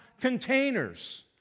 containers